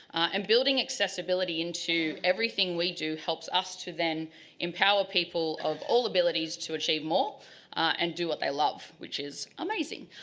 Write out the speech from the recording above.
and building accessibility into everything we do helps us to empower people of all abilities to achieve more and do what they love, which is amazing.